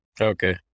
Okay